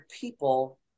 people